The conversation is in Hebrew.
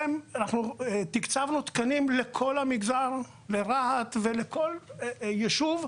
תקצבנו תקנים לכל המגזר ועבור כל ישוב,